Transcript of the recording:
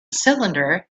cylinder